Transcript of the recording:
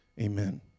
amen